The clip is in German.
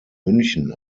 münchen